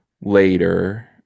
later